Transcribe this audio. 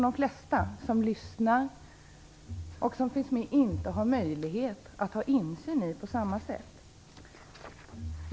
De flesta som lyssnar och som finns med här har inte möjlighet att ha samma insyn.